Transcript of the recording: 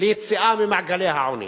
ליציאה ממעגלי העוני,